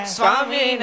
Swami